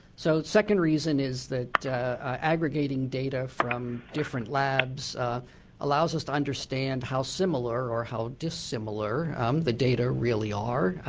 so second reason is that aggregating data from different labs allows us to understand how similar or how dissimilar the data really are.